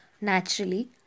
naturally